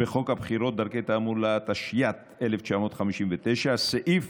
בחוק הבחירות (דרכי תעמולה) התשי"ט 1959, סעיף